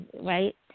right